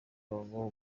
babo